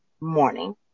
morning